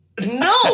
No